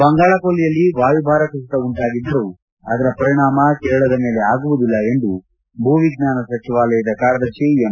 ಬಂಗಾಳ ಕೊಲ್ಲಿಯಲ್ಲಿ ವಾಯುಭಾರ ಕುಸಿತ ಉಂಟಾಗಿದ್ದರೂ ಅದರ ಪರಿಣಾಮ ಕೇರಳದ ಮೇಲೆ ಆಗುವುದಿಲ್ಲ ಎಂದು ಭೂ ವಿಜ್ಞಾನ ಸಚಿವಾಲಯದ ಕಾರ್ಯದರ್ಶಿ ಎಂ